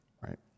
Right